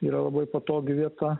yra labai patogi vieta